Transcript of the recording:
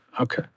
Okay